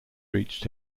reached